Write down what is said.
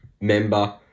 member